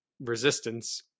resistance